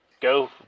go